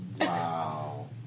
Wow